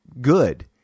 good